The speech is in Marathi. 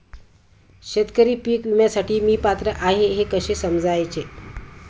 शेतकरी पीक विम्यासाठी मी पात्र आहे हे कसे समजायचे?